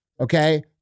okay